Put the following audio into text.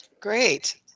great